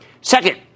Second